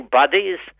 bodies